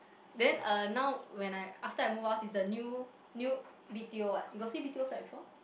then uh now when I after I move house it's the new new b_t_o [what] you got see b_t_o flat before